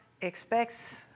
expects